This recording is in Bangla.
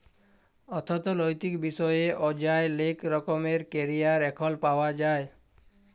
অথ্থলৈতিক বিষয়ে অযায় লেক রকমের ক্যারিয়ার এখল পাউয়া যায়